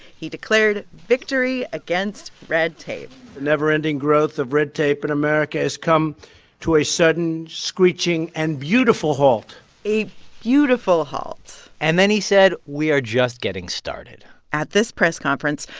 he declared victory against red tape the never-ending growth of red tape in america has come to a sudden, screeching and beautiful halt a beautiful halt and then he said, we are just getting started at this press conference,